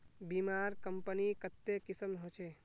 बीमार कंपनी कत्ते किस्म होछे